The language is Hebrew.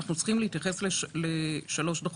אנחנו צריכים להתייחס לשלוש דוחות.